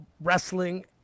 wrestling